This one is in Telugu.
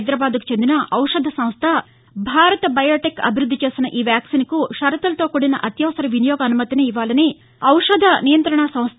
హైదరాబాద్కు చెందిన ఔషధ సంస్ట భారత్ బయోటెక్ అభివృద్ది చేసిన ఈ వ్యాక్సిన్కు షరతులతో కూడిన అత్యవసర వినియోగ అనుమతిని ఇవ్వాలని ఔషధ నియంత్రణ సంస్ల